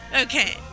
Okay